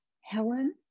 Helen